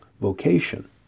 vocation